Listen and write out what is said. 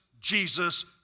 Jesus